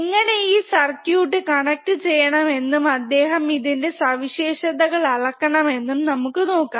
എങ്ങനെ ഈ circuit connect ചെയ്യണം എന്നും എങ്ങനെ ഇതിന്റെ സവിശേഷതകൾ അളക്ക്കണം എന്നും നമുക്ക് നോകാം